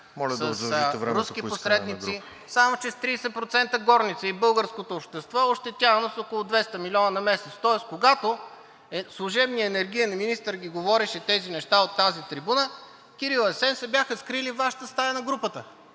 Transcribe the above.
…с руски посредници, само че с 30% горница и българското общество е ощетявано с около 200 милиона на месец. Тоест, когато служебният енергиен министър ги говореше тези неща от тази трибуна, Кирил и Асен се бяха скрили във Вашата стая на групата